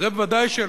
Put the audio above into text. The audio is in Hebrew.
זה ודאי שלא.